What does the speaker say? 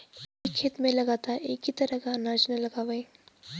एक खेत में लगातार एक ही तरह के अनाज न लगावें